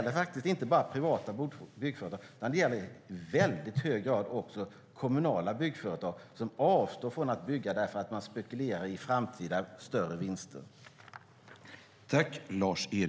Det gäller inte bara privata byggföretag utan i väldigt hög grad också kommunala byggföretag, som avstår från att bygga därför att man spekulerar i framtida större vinster.